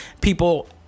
people